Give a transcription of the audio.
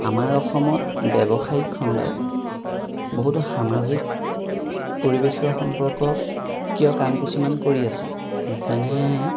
আমাৰ অসমত ব্যৱসায়িক খণ্ডই বহুতো সামাজিক পৰিৱেশৰ সম্পৰ্ক কিয় কাম কিছুমান কৰি আছে যেনে